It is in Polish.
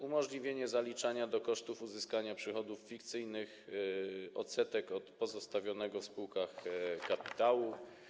Umożliwienie zaliczania do kosztów uzyskania przychodów fikcyjnych odsetek od pozostawionego w spółkach kapitału.